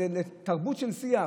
תרבות של שיח,